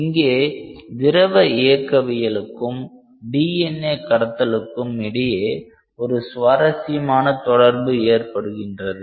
இங்கே திரவ இயக்கவியலுக்கும் DNA கடத்தலுக்கும் இடையே ஒரு சுவாரசியமான தொடர்பு ஏற்படுகின்றது